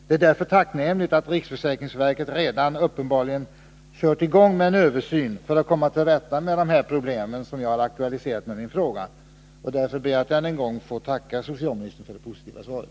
Det är därför tacknämligt att riksförsäkringsverket uppenbarligen redan har startat en översyn för att komma till rätta med de problem som jag har aktualiserat i min fråga. Därför ber jag att än en gång få tacka socialministern för det positiva svaret.